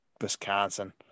Wisconsin